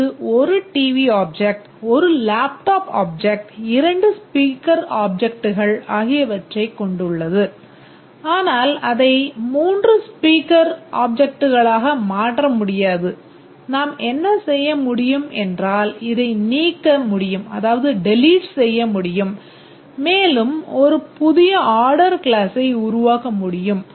இது 1 TV object 1 laptop object 2 speaker ஆப்ஜெக்ட்கள் ஆகியவற்றைக் கொண்டுள்ளது ஆனால் அதை 3 speaker ஸ்பீக்கர் ஆப்ஜெக்ட்களாக மாற்ற முடியாது நாம் என்ன செய்ய முடியும் என்றால் இதை நீக்க முடியும் மேலும் ஒரு புதிய ஆர்டர் கிளாஸை உருவாக்க முடியும்